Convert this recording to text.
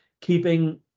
keeping